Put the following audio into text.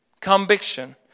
Conviction